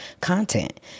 content